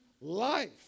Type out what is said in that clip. life